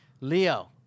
Leo